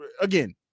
again